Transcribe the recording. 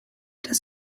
das